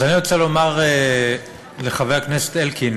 אז אני רוצה לומר לחבר הכנסת אלקין,